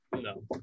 No